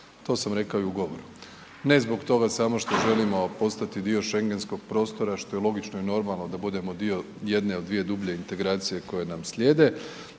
To sam rekao i u govoru. Ne zbog toga samo što želimo postati dio Schengenskog prostora što je logično i normalno da budemo dio jedne od dvije dublje integracije koje nam slijede,